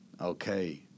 Okay